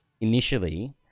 Initially